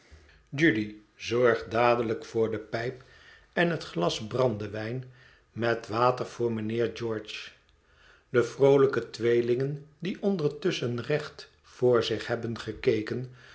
judy zorg dadelijk voor de pijp en het glas brandewijn met water voor mijnheer george de vroolijke tweelingen die ondertusschen recht voor zich hebben gekeken